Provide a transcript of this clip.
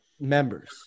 members